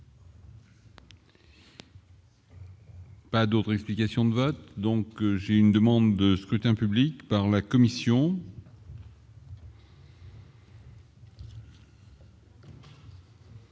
Pas d'autres explications de vote, donc j'ai une demande de scrutin public par la Commission.